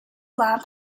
lamp